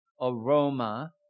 aroma